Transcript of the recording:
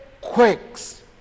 quakes